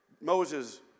Moses